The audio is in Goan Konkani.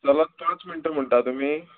जाल्यार पांच मिनटां म्हणटा तुमी